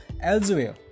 elsewhere